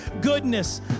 goodness